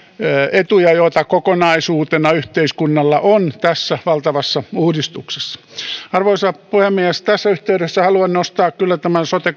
etuja joita kokonaisuutena yhteiskunnalla on tässä valtavassa uudistuksessa arvoisa puhemies tässä yhteydessä haluan kyllä nostaa esille myös tämän sote